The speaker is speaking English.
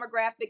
demographic